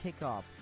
kickoff